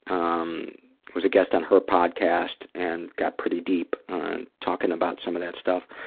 um was a guest on her podcast and got pretty deep talking about some of that stuff.